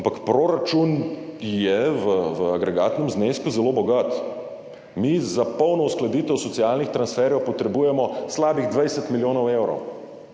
ampak proračun je v agregatnem znesku zelo bogat. Mi za polno uskladitev socialnih transferjev potrebujemo slabih 20 milijonov evrov.